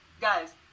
Guys